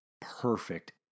perfect